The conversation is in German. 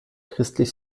christlich